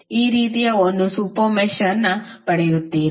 ಈ ರೀತಿಯ ಒಂದು ಸೂಪರ್ ಮೆಶ್ಯನ್ನು ಪಡೆಯುತ್ತೀರಿ